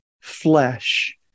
flesh